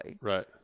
Right